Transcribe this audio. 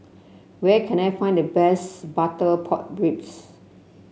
where can I find the best Butter Pork Ribs